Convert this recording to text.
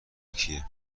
کیه